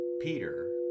Peter